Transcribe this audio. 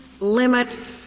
limit